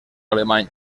alemany